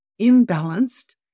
imbalanced